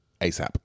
ASAP